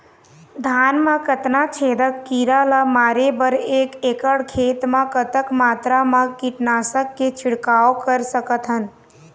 धान मा कतना छेदक कीरा ला मारे बर एक एकड़ खेत मा कतक मात्रा मा कीट नासक के छिड़काव कर सकथन?